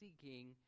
seeking